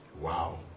wow